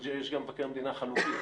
יש גם מבקר מדינה חליפי,